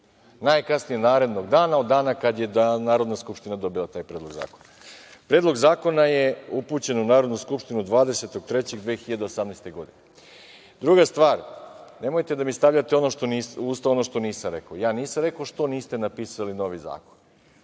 najkasnije narednog dana od dana kada je Narodna skupština dobila taj predlog zakona. Predlog zakona je upućen u Narodnu skupštinu 20. marta 2018. godine. Druga stvar, nemojte da mi stavljate u usta ono što ja nisam rekao. Ja nisam rekao zašto niste napisali novi zakon.